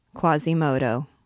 Quasimodo